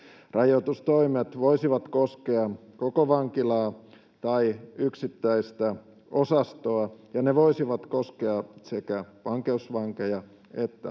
Rajoitustoimet voisivat koskea koko vankilaa tai yksittäistä osastoa, ja ne voisivat koskea sekä vankeusvankeja että